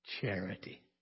charity